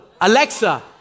Alexa